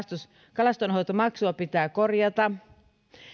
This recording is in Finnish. kalastonhoitomaksua pitää korjata